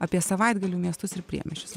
apie savaitgalį miestus ir priemiesčius